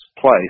place